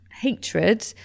hatred